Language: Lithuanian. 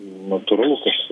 natūralu kad